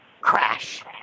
crash